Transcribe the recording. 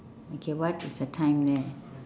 okay what is the time there